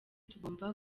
tugomba